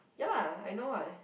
ya lah I know [what]